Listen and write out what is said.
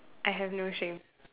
I have no shame